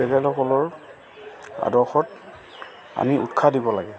তেখেতসকলৰ আদৰ্শত আমি উৎসাহ দিব লাগে